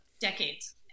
decades